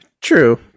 True